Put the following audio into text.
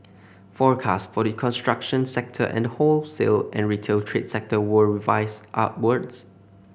forecast for the construction sector and the wholesale and retail trade sector were revised upwards